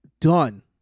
done